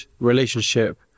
relationship